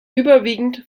überwiegend